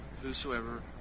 Whosoever